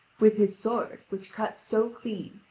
with his sword, which cuts so clean,